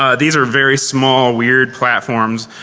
ah these are very small, weird platforms.